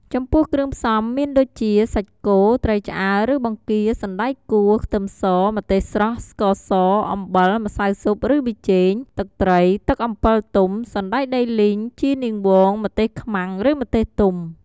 ចំពោះគ្រឿងផ្សំមានដូចជាសាច់គោ ត្រីឆ្អើរ ឬបង្គា សណ្ដែកគួរ ខ្ទឹមស ម្ទេសស្រស់ ស្ករស អំបិល ម្សៅស៊ុបឬប៊ីចេង ទឹកត្រី ទឹកអំពិលទុំ សណ្ដែកដីលីង ជីនាងវង ម្ទេសខ្មាំងឬម្ទេសទុំ។